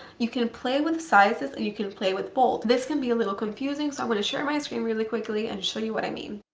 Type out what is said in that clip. you can play with sizes and you can play with bold. this can be a little confusing, so i'm going to share my screen really quickly and show you what i mean.